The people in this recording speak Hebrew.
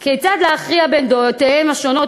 "כיצד להכריע בין דעותיהם השונות,